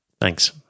Thanks